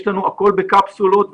יש לנו הכול בקפסולות.